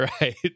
right